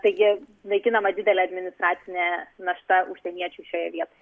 taigi naikinama didelė administracinė našta užsieniečiui šioje vietoje